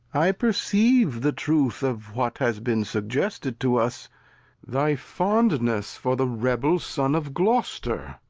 i perceive the truth of what has been suggested to us thy fondness for the rebel son of gloster,